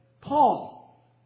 Paul